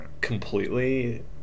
completely